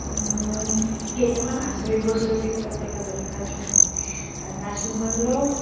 কেইটামান আচৰিত বস্তুৰ ভিতৰত দেখা পালোঁ তাজমহল তাজমহলক